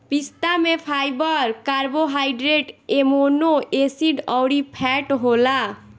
पिस्ता में fibre, carbohydrate, amino acid अउरी फैट होला